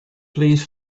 please